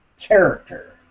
character